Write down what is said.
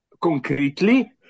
concretely